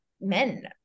men